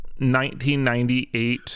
1998